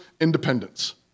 independence